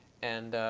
and